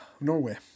Norway